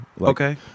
Okay